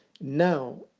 now